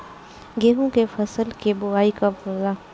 गेहूं के फसल के बोआई कब होला?